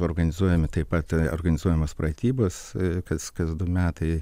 organizuojami taip pat organizuojamas pratybas kas kas du metai